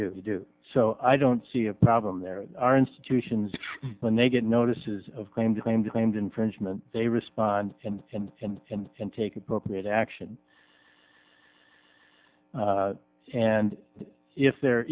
do you do so i don't see a problem there are institutions when they get notices of claim to claim claims infringement they respond and and and and take appropriate action and if there